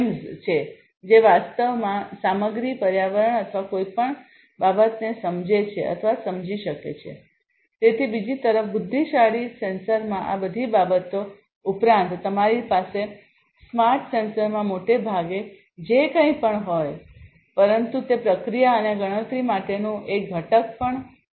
S છે જે વાસ્તવમાં સામગ્રી પર્યાવરણ અથવા કોઈપણ બાબતને સમજે છે અથવા સમજી શકે છે તેથી બીજી તરફ બુદ્ધિશાળી સેન્સરમાં આ બધી બાબતો ઉપરાંત તમારી પાસે સ્માર્ટ સેન્સરમાં મોટે ભાગે જે કંઈપણ હોય છે પરંતુ તે પ્રક્રિયા અને ગણતરી માટેનું એક ઘટક પણ છે